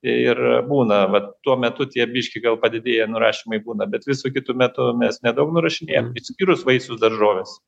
ir būna vat tuo metu tie biški gal padidėję nurašymai būna bet visu kitu metu mes nedaug nurašinėjam išskyrus vaisius daržoves